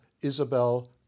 Isabel